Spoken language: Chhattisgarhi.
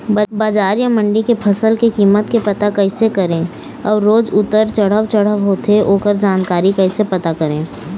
बजार या मंडी के फसल के कीमत के पता कैसे करें अऊ रोज उतर चढ़व चढ़व होथे ओकर जानकारी कैसे पता करें?